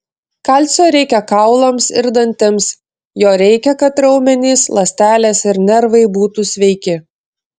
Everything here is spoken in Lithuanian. kalcio reikia kaulams ir dantims jo reikia kad raumenys ląstelės ir nervai būtų sveiki